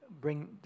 bring